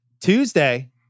Tuesday